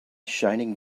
shining